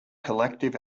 collective